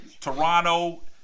Toronto